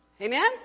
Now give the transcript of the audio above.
Amen